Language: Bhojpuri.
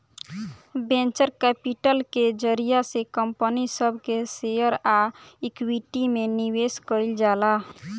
वेंचर कैपिटल के जरिया से कंपनी सब के शेयर आ इक्विटी में निवेश कईल जाला